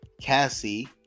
Cassie